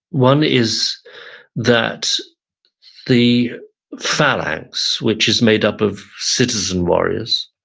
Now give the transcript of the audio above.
one is that the phalanx, which is made up of citizen warriors,